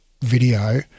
video